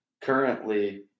currently